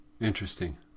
Interesting